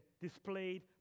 displayed